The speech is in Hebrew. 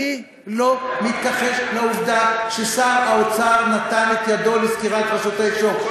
אני לא מתכחש לעובדה ששר האוצר נתן את ידו לסגירת רשות השידור.